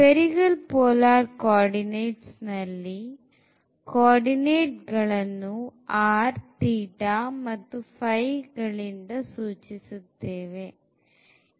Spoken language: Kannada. spherical polar coordinateನಲ್ಲಿ coordinate ಗಳನ್ನು rθϕ ಗಳಿಂದ ಸೂಚಿಸುತ್ತೇವೆ